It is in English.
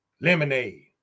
lemonade